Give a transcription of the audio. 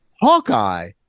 Hawkeye